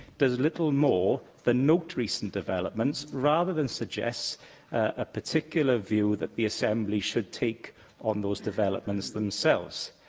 does little more than note recent developments, rather than suggest a particular view that the assembly should take on those developments themselves.